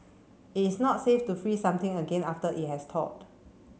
it's not safe to freeze something again after it has thawed